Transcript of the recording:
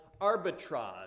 arbitrage